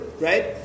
right